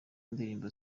ndirimbo